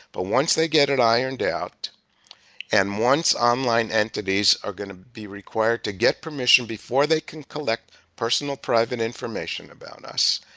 but once they get it ironed out and once online entities are going to be required to get permission before they can collect personal private information about us,